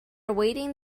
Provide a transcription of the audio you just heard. awaiting